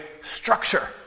structure